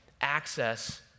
access